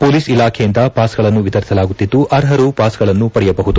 police ಇಲಾಖೆಯಿಂದ ಪಾಸ್ಗಳನ್ನು ವಿತರಿಸಲಾಗುತ್ತಿದ್ದು ಅರ್ಹರು ಪಾಸ್ಗಳನ್ನು ಪಡೆಯಬಹುದು